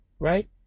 Right